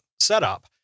setup